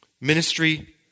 Ministry